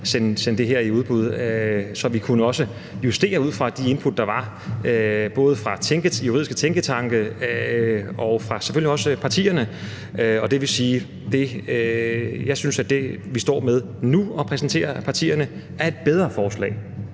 sende det her ud i høring, så vi også kunne justere ud fra de input, der var, både fra juridiske tænketanke og selvfølgelig også fra partierne. Det vil sige, at jeg synes, at det, vi står med nu og præsenterer partierne for, er et bedre forslag.